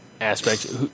Aspects